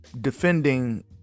defending